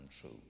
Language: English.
true